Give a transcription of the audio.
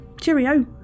cheerio